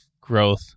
growth